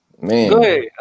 Man